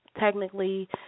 technically